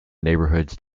neighborhoods